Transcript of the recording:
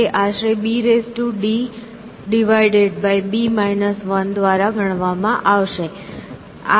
તે આશરે bd b 1 દ્વારા ગણવામાં આવશે